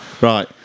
Right